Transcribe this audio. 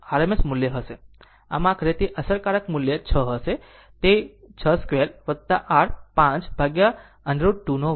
આમ આખરે તે અસરકારક મૂલ્ય 6 હશે જે તે 62 r 5 √22છે